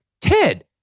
Ted